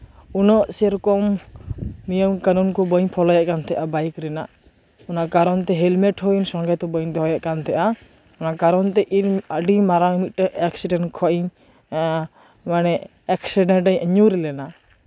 ᱩᱱᱟᱹᱜ ᱥᱮᱨᱚᱠᱚᱢ ᱱᱤᱭᱚᱢ ᱠᱟᱹᱱᱩᱱ ᱠᱚ ᱵᱟᱹᱧ ᱯᱷᱚᱞᱳᱭᱮᱫ ᱠᱟᱱ ᱛᱟᱦᱮᱸᱫ ᱵᱟᱭᱤᱠ ᱨᱮᱱᱟᱜ ᱚᱱᱟ ᱠᱟᱨᱚᱱᱛᱮ ᱦᱮᱞᱢᱮᱴ ᱦᱚᱸᱧ ᱥᱚᱝᱜᱮᱛᱮ ᱵᱟᱹᱧ ᱫᱚᱦᱚᱭᱮᱫ ᱠᱟᱱ ᱛᱟᱦᱮᱸᱫᱼᱟ ᱚᱱᱟ ᱠᱟᱨᱚᱱᱛᱮ ᱤᱧ ᱟᱹᱰᱤ ᱢᱟᱨᱟᱝ ᱮᱠᱥᱤᱰᱮᱱᱴ ᱠᱷᱚᱡ ᱤᱧ ᱮᱸ ᱢᱟᱱᱮ ᱮᱠᱥᱤᱰᱮᱱᱴ ᱤᱧ ᱧᱩᱨ ᱞᱮᱱᱟ